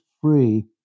free